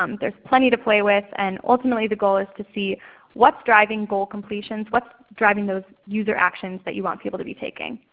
um there's plenty to play with. and ultimately, the goal is to see what's driving goal completions, what's driving those user actions that you want people to be taking,